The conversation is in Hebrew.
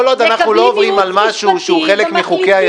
כל עוד אנחנו לא עוברים על משהו שהוא חלק מחוקי-היסוד,